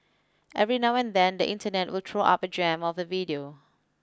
every now and then the internet will throw up a gem of the video